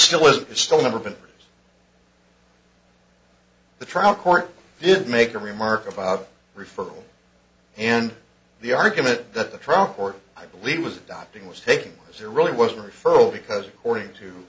still is still never been the trial court did make a remark about referral and the argument that the trial court i believe was adopting was taken as there really was a referral because according to